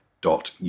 dot